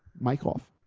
mike off.